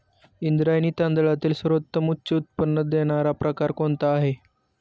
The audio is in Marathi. इंद्रायणी तांदळातील सर्वोत्तम उच्च उत्पन्न देणारा प्रकार कोणता आहे?